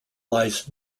lies